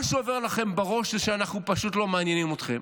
מה שעובר לכם בראש זה שאנחנו פשוט לא מעניינים אתכם.